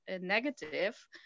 negative